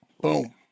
boom